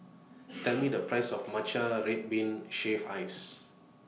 Tell Me The Price of Matcha Red Bean Shaved Ice